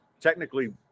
technically